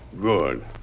Good